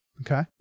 Okay